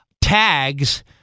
Tags